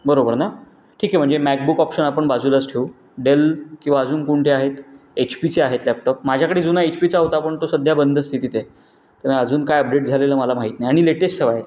बरोबर ना ठीक आहे म्हणजे मॅकबुक ऑप्शन आपण बाजूलाच ठेवू डेल किंवा अजून कोणते आहेत एच पीचे आहेत लॅपटॉप माझ्याकडे जुना एच पीचा होता पण तो सध्या बंद स्थितीत आहे आणि अजून काय अपडेट झालेलं मला माहीत नाही आणि लेटेस्ट हवा आहे